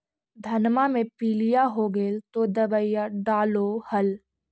धनमा मे पीलिया हो गेल तो दबैया डालो हल?